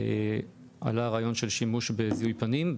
עלה הרעיון של שימוש בזיהוי פנים,